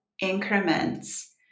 increments